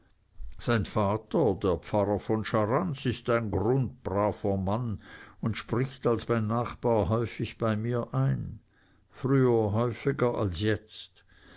sein vater der pfarrer von scharans ist ein grundbraver mann und spricht als mein nachbar häufig bei mir ein früher häufiger als jetzt